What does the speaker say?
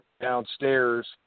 downstairs